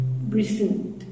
recent